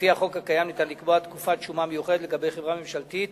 לפי החוק הקיים ניתן לקבוע תקופת שומה מיוחדת לגבי חברה ממשלתית